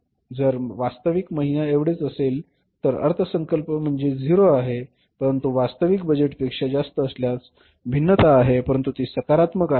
जर वास्तविक म्हणण्याएवढेच असेल तर अर्थसंकल्प म्हणजे अर्थ 0 आहे परंतु वास्तविक बजेटपेक्षा जास्त असल्यास भिन्नता तेथे आहे परंतु ती सकारात्मक आहे